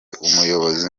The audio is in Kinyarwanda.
umuyobozi